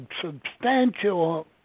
substantial